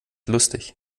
lustig